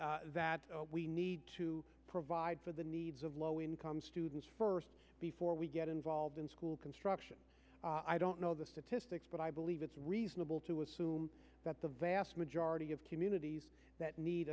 that we need to provide for the needs of low income students first before we get involved in school construction i don't know the statistics but i believe it's reasonable to assume that the vast majority of communities that need